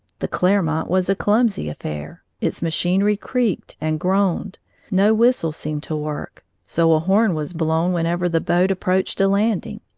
the clermont was a clumsy affair its machinery creaked and groaned no whistle seemed to work, so a horn was blown whenever the boat approached a landing.